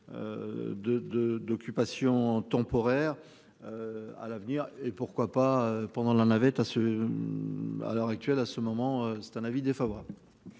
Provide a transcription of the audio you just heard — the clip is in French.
d'occupation temporaire. À l'avenir et pourquoi pas pendant la navette à ce. À l'heure actuelle, à ce moment, c'est un avis défavorable.